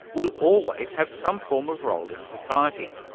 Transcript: will always have some form of role in society,